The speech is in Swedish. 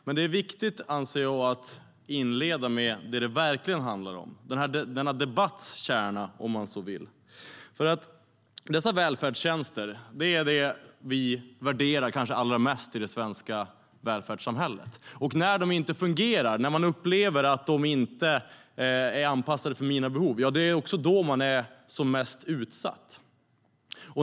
Men jag anser att det är viktigt att inleda med det som det verkligen handlar om, nämligen om denna debatts kärna, om man så vill. Dessa välfärdstjänster är kanske det som vi värderar allra mest i det svenska samhället. När de inte fungerar, om man upplever att de inte är anpassande för ens behov, ja, det är då som man är som mest utsatt.